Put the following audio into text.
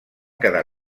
quedar